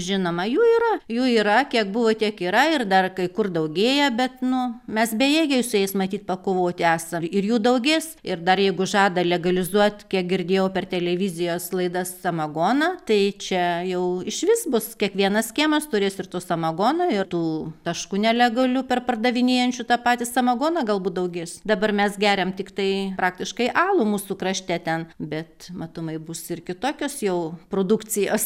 žinoma jų yra jų yra kiek buvo tiek yra ir dar kai kur daugėja bet nu mes bejėgiai su jais matyt pakovoti esam ir jų daugės ir dar jeigu žada legalizuot kiek girdėjau per televizijos laidas samagoną tai čia jau išvis bus kiekvienas kiemas turės ir to samagono ir tų taškų nelegalių perpardavinėjančių tą patį samagoną galbūt daugės dabar mes geriam tiktai praktiškai alų mūsų krašte ten bet matomai bus ir kitokios jau produkcijos